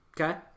Okay